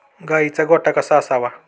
गाईचा गोठा कसा असावा?